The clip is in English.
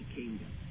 kingdom